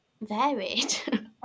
varied